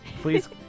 please